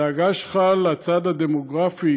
הדאגה שלך לצד הדמוגרפי